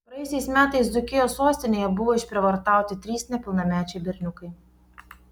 praėjusiais metais dzūkijos sostinėje buvo išprievartauti trys nepilnamečiai berniukai